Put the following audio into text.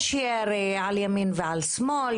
יש ירי על ימין ועל שמאל,